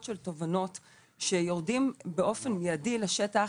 של תובנות שיורדים באופן מידי לשטח,